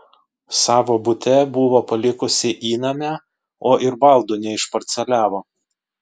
savo bute buvo palikusi įnamę o ir baldų neišparceliavo